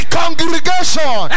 congregation